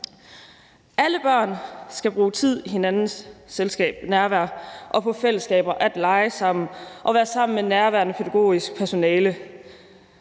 Alle børn skal bruge tid i hinandens nærvær og på fællesskaber ved at lege sammen og være sammen med nærværende pædagogisk personale.